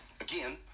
Again